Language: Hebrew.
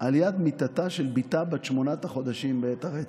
ליד מיטתה של בתה בת שמונת החודשים בעת הרצח.